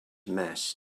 mass